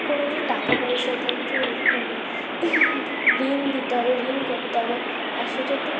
কোনও কিছু টাকাপয়সা দিয়ে একটু মানে ঋণ দিতে হবে ঋণ করতে হবে আর সেটা একটু